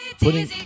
putting